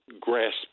grasp